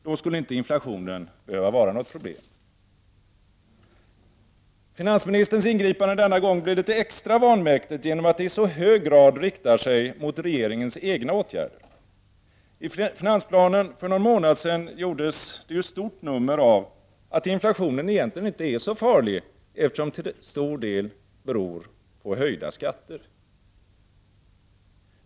Då skulle inte inflationen behöva vara något problem. Finansministerns ingripande denna gång blir litet extra vanmäktigt genom att det i så hög grad riktar sig emot regeringens egna åtgärder. I finansplanen, som presenterades för någon månad sedan, gjordes det ju ett stort nummer av att inflationen egentligen inte är så farlig, eftersom den till stor del beror på höjda skatter.